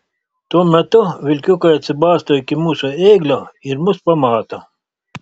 tuo metu vilkiukai atsibasto iki mūsų ėglio ir mus pamato